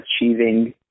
achieving